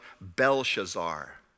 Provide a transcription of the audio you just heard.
Belshazzar